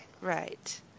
Right